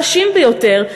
החלשים ביותר,